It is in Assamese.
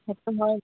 সেইটো হয়